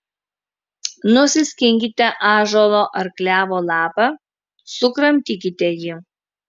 nusiskinkite ąžuolo ar klevo lapą sukramtykite jį